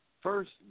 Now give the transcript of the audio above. First